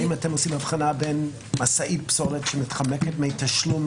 האם אתם עושים אבחנה בין משאית פסולת שמתחמקת מתשלום